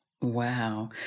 Wow